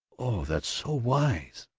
oh, that's so wise!